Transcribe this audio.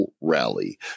Rally